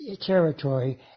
territory